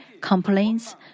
complaints